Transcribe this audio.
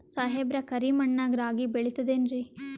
ಸಾಹೇಬ್ರ, ಕರಿ ಮಣ್ ನಾಗ ರಾಗಿ ಬೆಳಿತದೇನ್ರಿ?